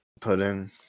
pudding